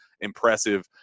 impressive